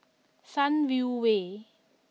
Sunview Way